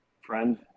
friend